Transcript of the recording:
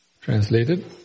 Translated